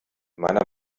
meiner